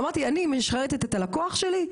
אמרתי אני משרתת את הלקוח שלי.